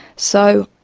so,